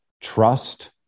trust